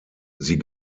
sie